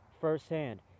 firsthand